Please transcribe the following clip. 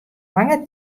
lange